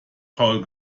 paul